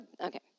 Okay